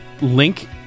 Link